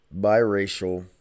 biracial